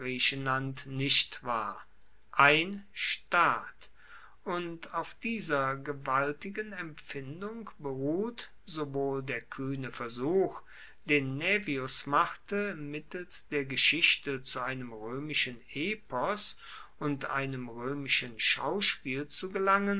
nicht war ein staat und auf dieser gewaltigen empfindung beruht sowohl der kuehne versuch den naevius machte mittels der geschichte zu einem roemischen epos und einem roemischen schauspiel zu gelangen